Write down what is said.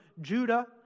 Judah